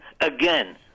again